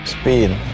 Speed